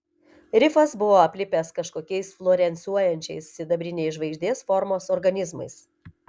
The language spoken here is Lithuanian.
rifas buvo aplipęs kažkokiais fluorescuojančiais sidabriniais žvaigždės formos organizmais